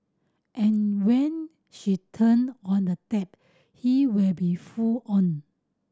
and when she turn on the tap he will be full on